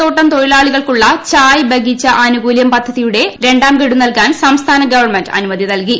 തോട്ടം തൊഴിലാളികൾക്കുള്ള ചായ് ബഗിച ആനുകൂല്യ പദ്ധതിയുടെ രണ്ടാം ഗഡു നൽകാൻ സംസ്ഥാന ഗവൺമെന്റ് അനുമതി നൽകി